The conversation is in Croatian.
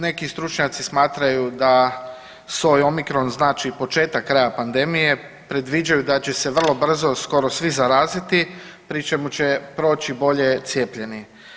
Neki stručnjaci smatraju da soj omikron znači i početak kraja pandemije, predviđaju da će se vrlo brzo skoro svi zaraziti, pri čemu će proći bolje cijepljeni.